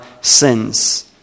sins